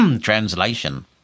translation